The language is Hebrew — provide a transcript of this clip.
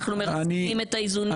אנחנו מרסקים את האיזונים והבלמים שלנו.